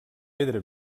pedra